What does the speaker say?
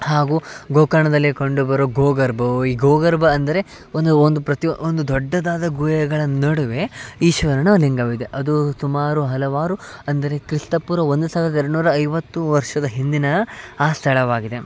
ಹಾಗು ಗೋಕರ್ಣದಲ್ಲೇ ಕಂಡುಬರುವ ಗೋಗರ್ಭವು ಈ ಗೋಗರ್ಭ ಅಂದರೆ ಒಂದು ಒಂದು ಪ್ರತಿ ಒಂದು ದೊಡ್ಡದಾದ ಗುಹೆಗಳ ನಡುವೆ ಈಶ್ವರನ ಲಿಂಗವಿದೆ ಅದು ಸುಮಾರು ಹಲವಾರು ಅಂದರೆ ಕ್ರಿಸ್ತ ಪೂರ್ವ ಒಂದು ಸಾವಿರದ ಎರ್ಡ್ನೂರ ಐವತ್ತು ವರ್ಷದ ಹಿಂದಿನ ಆ ಸ್ಥಳವಾಗಿದೆ